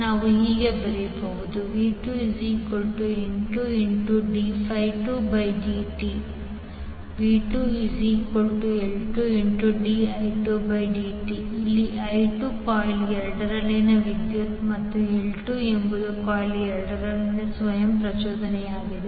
ನಾವು ಬರೆಯಬಹುದು v2N2d2dtN2d2di2di2dtL2di2dt ಇಲ್ಲಿ i2 ಕಾಯಿಲ್ 2 ರಲ್ಲಿನ ವಿದ್ಯುತ್ ಮತ್ತು L2 ಎಂಬುದು ಕಾಯಿಲ್ 2 ರ ಸ್ವಯಂ ಪ್ರಚೋದನೆಯಾಗಿದೆ